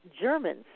Germans